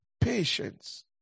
patience